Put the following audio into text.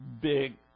big